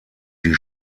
die